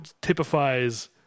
typifies